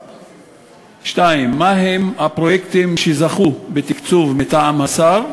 2. מה הם הפרויקטים שזכו בתקצוב מטעם השר?